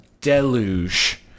deluge